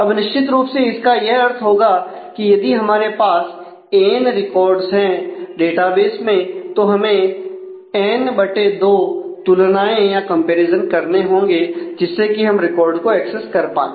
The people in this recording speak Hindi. अब निश्चित रूप से इसका अर्थ यह होगा कि यदि हमारे पास एन करने होंगे जिससे कि हम रिकॉर्ड को एक्सेस कर पाए